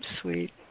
Sweet